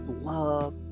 Love